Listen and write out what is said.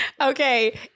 Okay